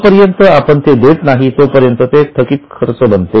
जो पर्यंत ते आपण देत नाही तोपर्यंत ते थकित खर्च बनते